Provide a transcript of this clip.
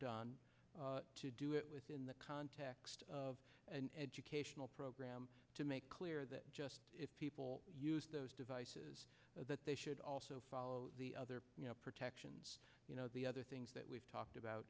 done to do it within the context of an educational program to make clear that if people use those devices that they should also follow the other you know protections you know the other things that we've talked about